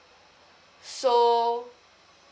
so